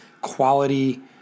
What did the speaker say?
quality